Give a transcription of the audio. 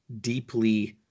deeply